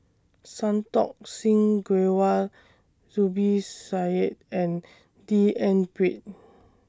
Santokh Singh Grewal Zubir Said and D N Pritt